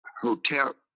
Hotel